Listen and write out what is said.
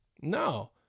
No